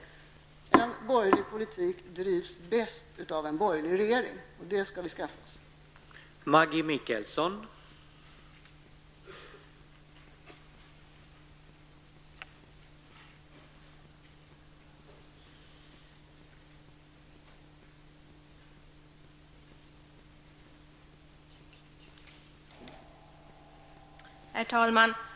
Men borgerlig politik drivs bäst av en borgerlig regering, och en sådan skall vi skaffa oss.